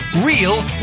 Real